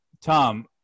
Tom